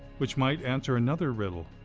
which might answer another riddle,